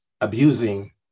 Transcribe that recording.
abusing